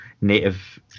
native